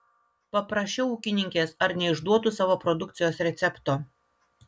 paprašiau ūkininkės ar neišduotų savo produkcijos recepto